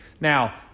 Now